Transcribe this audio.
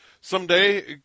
someday